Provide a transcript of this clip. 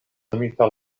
nomita